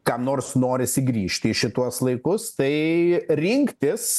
kam nors norisi grįžti į šituos laikus tai rinktis